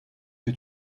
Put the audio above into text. que